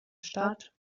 stadt